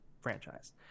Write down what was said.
franchise